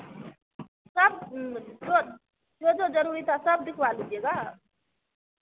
सब जो जो जाे ज़रूरी था सब दिखवा लीजिएगा